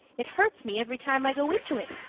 it hurts me every time i go into it.